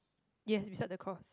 yes you start the cross